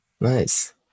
nice